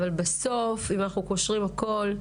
אבל בסוף אם אנחנו קושרים הכול,